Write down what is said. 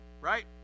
right